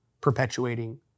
perpetuating